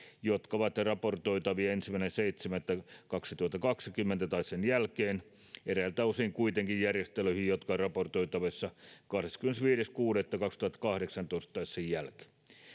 jotka ovat raportoitavissa ensimmäinen seitsemättä kaksituhattakaksikymmentä tai sen jälkeen eräiltä osin kuitenkin järjestelyihin jotka ovat raportoitavissa kahdeskymmenesviides kuudetta kaksituhattakahdeksantoista tai sen jälkeen